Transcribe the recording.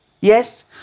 Yes